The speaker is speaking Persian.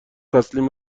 تسلیم